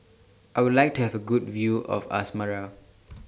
I Would like to Have A Good View of Asmara